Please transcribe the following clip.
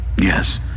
Yes